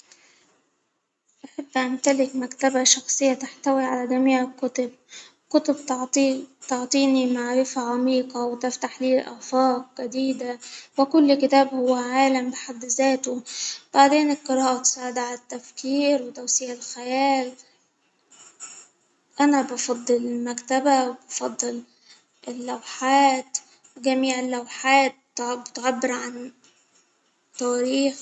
أحب أمتلك مكتبة شخصية ،تحتوي على جميع الكتب، الكتب تعطيني تعطيني معرفة عميقة ،وتفتح لي افاق جديدة، وكل كتاب هو عالم بحد ذاته، ما بين القراءة تساعد على التفكير وتوفير الحياة أنا بفضل المكتبة، وبفضل اللوحات ،جميع اللوحات تعبر- بتعبر عن تواريخ.